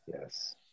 Yes